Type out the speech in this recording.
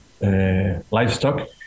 Livestock